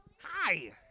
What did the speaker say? Hi